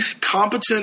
competent